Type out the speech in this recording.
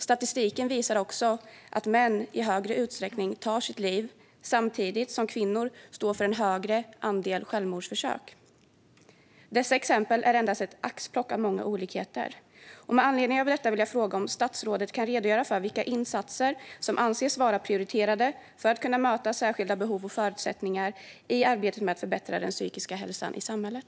Statistiken visar också att män i större utsträckning tar sitt liv samtidigt som kvinnor står för en högre andel självmordsförsök. Dessa exempel är endast ett axplock av många olikheter. Med anledning av detta vill jag fråga om statsrådet kan redogöra för vilka insatser som anses vara prioriterade för att kunna möta särskilda behov och förutsättningar i arbetet med att förbättra den psykiska hälsan i samhället.